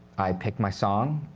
i pick my song,